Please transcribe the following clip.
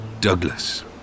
Douglas